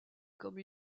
comme